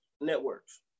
networks